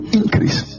increase